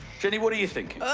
jennie? what are you thinking?